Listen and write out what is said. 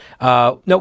No